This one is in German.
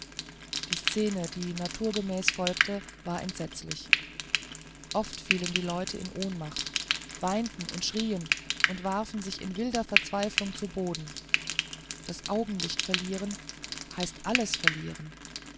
die szene die naturgemäß folgte war entsetzlich oft fielen die leute in ohnmacht weinten und schrien und warfen sich in wilder verzweiflung zu boden das augenlicht verlieren heißt alles verlieren